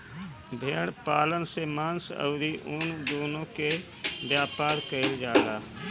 भेड़ पालन से मांस अउरी ऊन दूनो के व्यापार कईल जाला